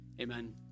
amen